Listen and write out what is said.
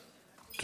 לעזה.